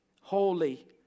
holy